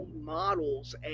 models